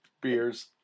Beers